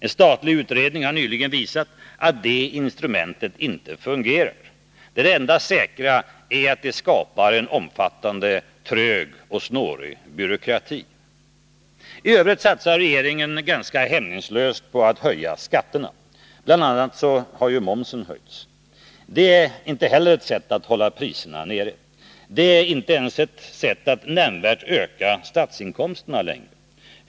En statlig utredning har nyligen visat att det instrumentet inte fungerar. Det enda säkra är att det skapar en omfattande, trög och snårig byråkrati. I övrigt satsar regeringen ganska hämningslöst på att höja skatterna. Bl. a. har ju momsen höjts. Inte heller det är ett sätt att hålla priserna nere. Det är inte ens ett sätt att nämnvärt öka statsinkomsterna längre.